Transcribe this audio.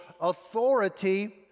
authority